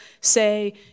say